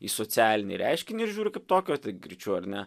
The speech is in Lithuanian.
į socialinį reiškinį ir žiūri kaip tokio greičiu ar ne